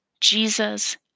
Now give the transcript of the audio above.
Jesus